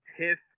TIFF